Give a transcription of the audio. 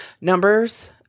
numbers